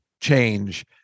change